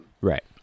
Right